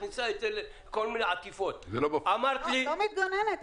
מכניסה את זה לכל מיני עטיפות --- אני לא מתגוננת,